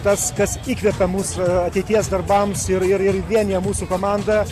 tas kas įkvepia mus ateities darbams ir ir vienija mūsų komandą